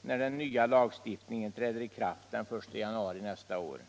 när den nya lagstiftningen träder i kraft den I januari nästa år.